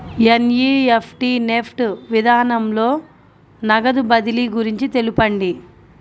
NEFT NEFT విధానంలో నగదు బదిలీ గురించి తెలుపండి?